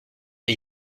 est